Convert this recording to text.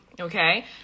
Okay